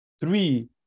three